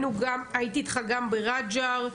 הייתי אתך גם ע'ג'ר.